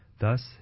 Thus